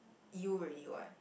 you already what